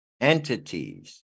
entities